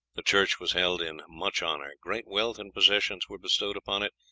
the church was held in much honour, great wealth and possessions were bestowed upon it,